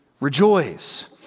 rejoice